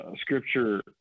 Scripture